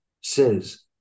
says